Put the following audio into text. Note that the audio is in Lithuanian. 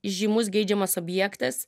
įžymus geidžiamas objektas